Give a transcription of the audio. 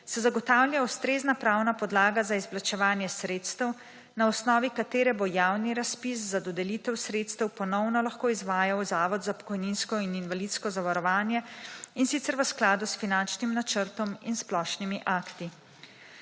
se zagotavlja ustrezna pravna podlaga za izplačevanje sredstev, na osnovi katere bo javni razpis za dodelitev sredstev ponovno lahko izvajal Zavod za pokojninsko in invalidsko zavarovanje, in sicer v skladu s finančnim načrtom in splošnimi akti.